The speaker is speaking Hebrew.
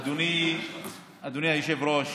אדוני היושב-ראש,